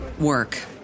work